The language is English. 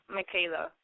Michaela